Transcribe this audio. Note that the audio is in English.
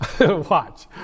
Watch